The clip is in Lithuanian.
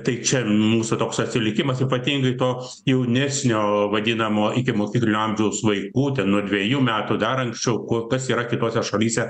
tai čia mūsų toks atsilikimas ypatingai to jaunesnio vadinamo ikimokyklinio amžiaus vaikų nuo dvejų metų dar anksčiau ko kas yra kitose šalyse